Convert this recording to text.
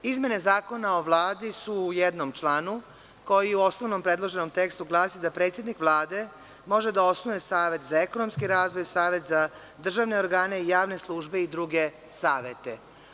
Izmene Zakona o Vladi su u jednom članu koji u osnovnom predloženom tekstu glasi – predsednik Vlade može da osnuje savet za ekonomski razvoj, savet za državne organe i javne službe i druge savete.